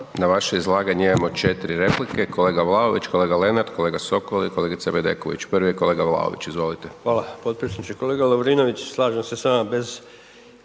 Na vaše izlaganje imamo 4 replike, kolega Vlaović, kolega Lenart, kolega Sokol i kolegica Bedeković. Prvi je kolega Vlaović, izvolite. **Vlaović, Davor (HSS)** Hvala potpredsjedniče. Kolega Lovrinović, slaže se s vama,